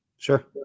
Sure